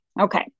Okay